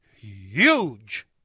huge